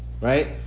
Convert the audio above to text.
Right